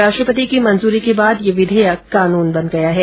राष्ट्रपति की मंजूरी के बाद ये विधयेक कानून बन गया है